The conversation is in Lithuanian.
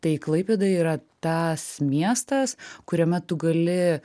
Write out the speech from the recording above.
tai klaipėda yra tas miestas kuriame tu gali